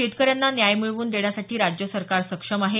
शेतकऱ्यांना न्याय मिळवून देण्यासाठी राज्य सरकार सक्षम आहे